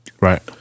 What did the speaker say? Right